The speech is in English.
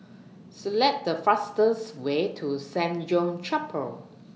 Select The fastest Way to Saint John's Chapel